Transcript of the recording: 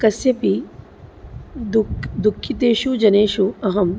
कस्यापि दुक् दुःखितेषु जनेषु अहं